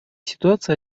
ситуации